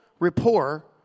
rapport